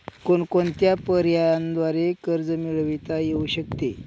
कोणकोणत्या पर्यायांद्वारे कर्ज मिळविता येऊ शकते?